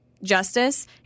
justice